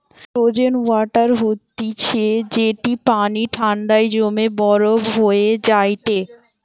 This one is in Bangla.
ফ্রোজেন ওয়াটার হতিছে যেটি পানি ঠান্ডায় জমে বরফ হয়ে যায়টে